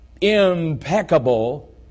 impeccable